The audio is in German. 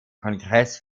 kongress